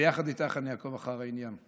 וביחד איתך אני אעקוב אחר העניין.